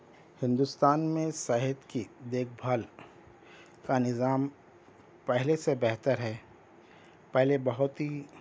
ہندوستان میں صحت کی دیکھ بھال کا نظام پہلے سے بہتر ہے پہلے بہت ہی